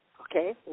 okay